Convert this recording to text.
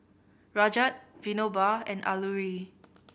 Rajat Vinoba and Alluri